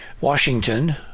Washington